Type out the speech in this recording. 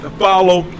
follow